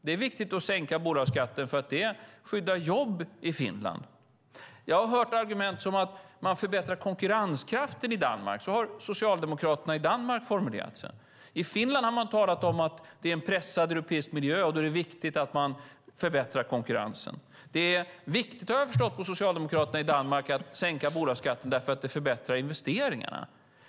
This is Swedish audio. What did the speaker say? Det är viktigt att sänka bolagsskatten eftersom det skyddar jobb i Finland. Jag har hört argument som att man förbättrar konkurrenskraften i Danmark. Så har socialdemokraterna i Danmark formulerat sig. I Finland har man talat om att det är en pressad europeisk miljö och att det då är viktigt att man förbättrar konkurrensen. Det är viktigt, har jag förstått av socialdemokraterna i Danmark, att sänka bolagsskatten därför att det förbättrar investeringarna.